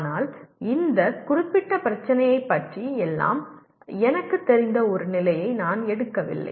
ஆனால் இந்த குறிப்பிட்ட பிரச்சினையைப் பற்றி எனக்கு எல்லாம் தெரிந்த ஒரு நிலையை நான் எடுக்கவில்லை